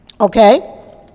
okay